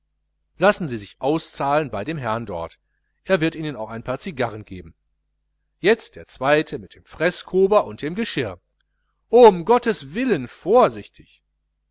lassen sie sich auszahlen bei dem herrn dort er wird ihnen auch ein paar cigarren geben jetzt der zweite mit dem freßkober und dem geschirr umgotteswillen vorsichtig